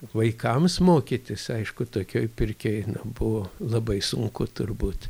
vaikams mokytis aišku tokioj pirkioj buvo labai sunku turbūt